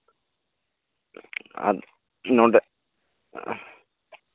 ᱟᱨ ᱱᱚᱰᱮ